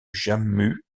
jammu